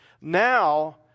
Now